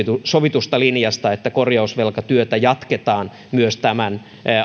sovitusta linjasta että korjausvelkatyötä jatketaan myös tämän